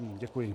Děkuji.